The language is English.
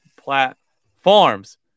platforms